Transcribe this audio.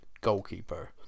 goalkeeper